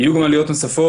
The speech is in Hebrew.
יהיו גם עליות נוספות